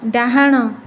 ଡାହାଣ